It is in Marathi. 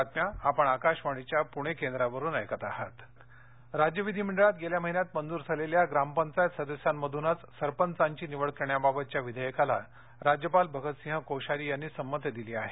सरपंच विधेयक राज्य विधीमंडळात गेल्या महिन्यात मंजूर झालेल्या ग्रामपंचायत सदस्यांमधूनच सरपंचांची निवड करण्याबाबतच्या विधेयकाला राज्यपाल भगतसिंह कोश्यारी यांनी संमती दिली आहे